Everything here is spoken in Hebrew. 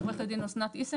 עורכת הדין אסנת איסין,